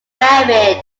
married